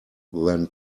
than